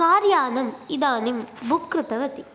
कार्यानम् इदानीं बुक् कृतवती